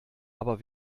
aber